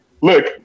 Look